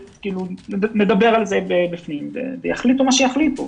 נדבר על זה ויחליטו מה שיחליטו.